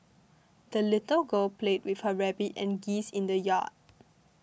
the little girl played with her rabbit and geese in the yard